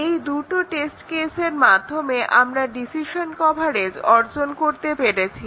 এই দুটো টেস্ট কেসের মাধ্যমে আমরা ডিসিশন কভারেজ অর্জন করতে পেরেছি